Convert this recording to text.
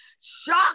shock